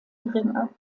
geringer